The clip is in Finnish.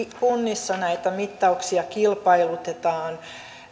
kunnissa näitä mittauksia kilpailutetaan